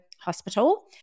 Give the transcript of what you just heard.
hospital